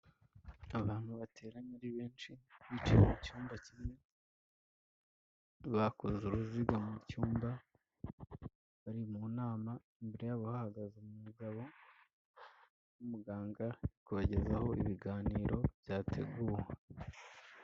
Abantu bateranye ari benshi, bicaye mu cyumba kimwe, bakoze uruziga mu cyumba, bari mu nama, imbere yabo hahagaze umugabo w'umuganga uri kubagezaho ibiganiro byateguwe.